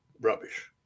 rubbish